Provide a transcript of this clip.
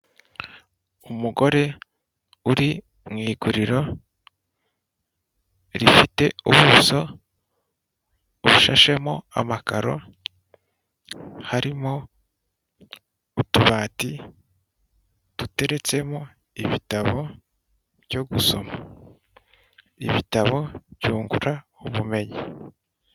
Umugore uri mu iguriro, rifite ubuso bushashemo amakaro, harimo utubati duteretsemo ibitabo byo gusoma. Ibitabo byungura ubumenyi.